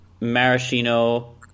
maraschino